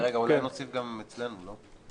רגע, אולי נוסיף גם אצלנו, לא?